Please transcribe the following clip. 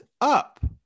up